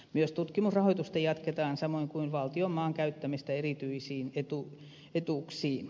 myös tutkimusrahoitusta jatketaan samoin kuin valtion maan käyttämistä erityisiin etuuksiin